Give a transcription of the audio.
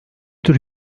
tür